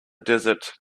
desert